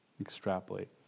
extrapolate